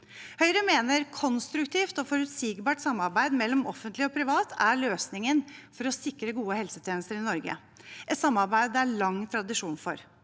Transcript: Høyre mener konstruktivt og forutsigbart samarbeid mellom offentlig og privat er løsningen for å sikre gode helsetjenester i Norge, et samarbeid det er lang tradisjon for.